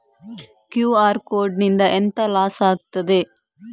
QR code ನಿಂದ ಎಂತ loss ಆಗ್ತದೆ?